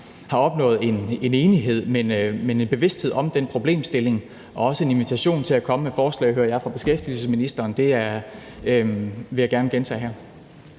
har opnået en enighed. Men der er en bevidsthed om den problemstilling og også en invitation til at komme med forslag, hører jeg, fra beskæftigelsesministeren. Det vil jeg gerne gentage her.